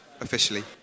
officially